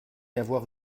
avoir